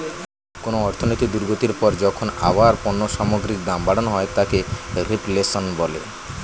কোনো অর্থনৈতিক দুর্গতির পর যখন আবার পণ্য সামগ্রীর দাম বাড়ানো হয় তাকে রিফ্লেশন বলে